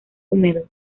húmedo